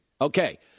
Okay